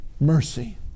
mercy